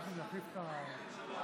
שימשיך לשבות.